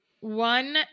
one